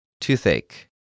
Toothache